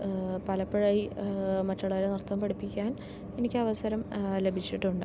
പലപ്പോഴായി മറ്റുള്ളവരെ നൃത്തം പഠിപ്പിക്കാൻ എനിക്കവസരം ലഭിച്ചിട്ടുണ്ട്